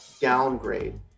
downgrade